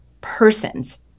persons